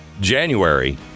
January